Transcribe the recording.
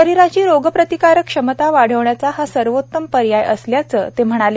शरीराची रोगप्रतिकार क्षमता वाढवण्याचा हा सर्वोत्तम पर्याय असल्याचे ते म्हणाले